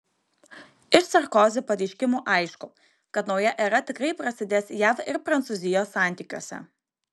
iš sarkozi pareiškimų aišku kad nauja era tikrai prasidės jav ir prancūzijos santykiuose